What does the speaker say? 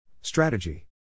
Strategy